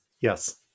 Yes